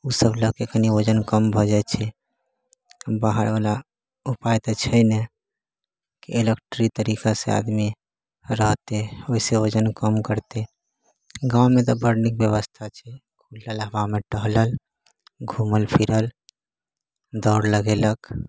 ओ सभ लए कऽ कनि वजन कम भऽ जाइ छै हम बाहर वला उपाए तऽ छै नहि कि इलेक्ट्रिक तरीका से आदमी रहतै ओहिसँ वजन कम करतै गाँवमे तऽ बड़ नीक व्यवस्था छै खुलल हवामे टहलल घुमल फिरल दौड़ लगेलक